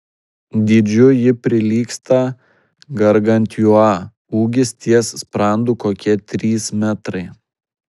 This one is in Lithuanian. dydžiu ji prilygsta gargantiua ūgis ties sprandu kokie trys metrai